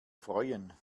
freuen